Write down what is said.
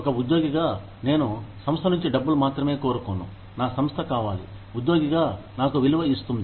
ఒక ఉద్యోగిగా నేను సంస్థ నుంచి డబ్బులు మాత్రమే కోరుకోను నా సంస్థ కావాలి ఉద్యోగిగా నాకు విలువ ఇస్తుంది